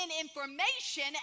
information